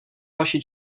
vaši